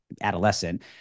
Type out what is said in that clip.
adolescent